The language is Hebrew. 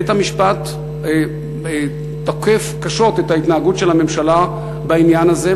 בית-המשפט תוקף קשות את ההתנהגות של הממשלה בעניין הזה,